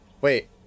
Wait